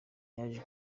yaje